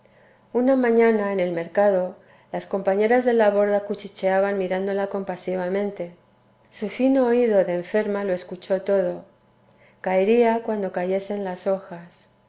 una mañana en el mercado las compañeras de la borda cuchicheaban mirándola compasivamente su fino oído de enferma lo escuchó todo caería cuando cayesen las hojas